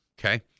Okay